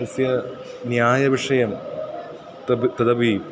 तस्य न्यायविषयं तव तदपि